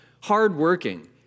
hardworking